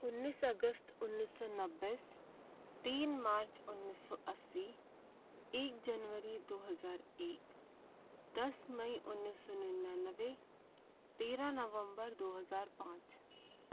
उन्नीस अगस्त उन्नीस सौ नब्बे तीन मार्च उन्नीस सौ अस्सी एक जनवरी जनवरी दो हजार एक दस मई उन्नीस सौ निन्यानवे तेरह नवंबर दो हजार पाँच